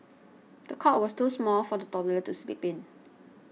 the cot was too small for the toddler to sleep in